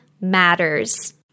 matters